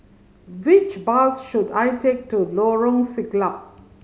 which bus should I take to Lorong Siglap